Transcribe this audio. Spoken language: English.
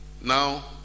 Now